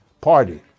Party